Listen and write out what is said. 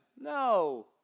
No